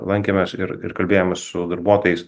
lankėmės ir ir kalbėjome su darbuotojais